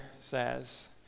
says